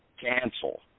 cancel